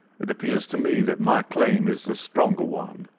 it appears to me that my claim is the stronger one.